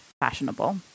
fashionable